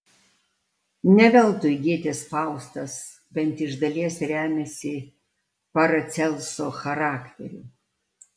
ne veltui gėtės faustas bent iš dalies remiasi paracelso charakteriu